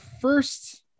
first